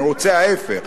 אני רוצה ההיפך.